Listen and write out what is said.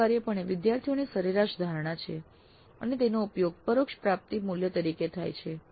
આ અનિવાર્યપણે વિદ્યાર્થીઓની સરેરાશ ધારણા છે અને તેનો ઉપયોગ પરોક્ષ પ્રાપ્તિ મૂલ્ય તરીકે થાય છે